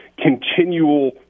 continual